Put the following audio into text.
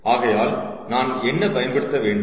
ஆகையால் நான் என்ன பயன்படுத்த வேண்டும்